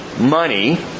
money